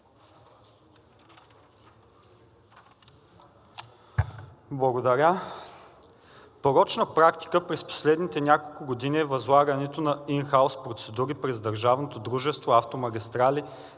Благодаря. Порочна практика през последните няколко години е възлагането на ин хаус процедури през държавното дружество „Автомагистрали“